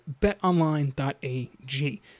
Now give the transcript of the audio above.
betonline.ag